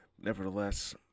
Nevertheless